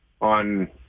on